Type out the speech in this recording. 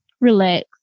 relax